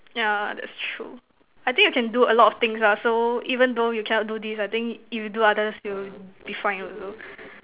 yeah that's true I think you can do a lot of things ah so even though you cannot do this I think if you do others you will be fine also